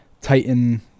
Titan